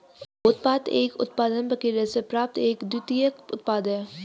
उपोत्पाद एक उत्पादन प्रक्रिया से प्राप्त एक द्वितीयक उत्पाद है